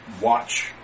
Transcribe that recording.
watch